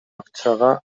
акчага